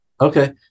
Okay